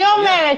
אני אומר.